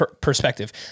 perspective